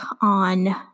on